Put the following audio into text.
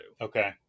Okay